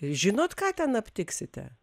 žinot ką ten aptiksite